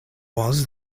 was